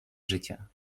życia